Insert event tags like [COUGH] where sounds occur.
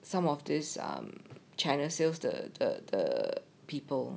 some of this um China sales 的的的 [LAUGHS]